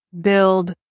build